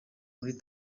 muri